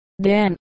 Dan